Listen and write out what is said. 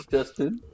Justin